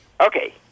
Okay